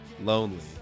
Lonely